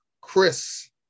Chris